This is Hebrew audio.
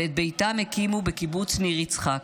ואת ביתם הקימו בקיבוץ ניר יצחק.